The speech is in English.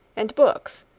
and books,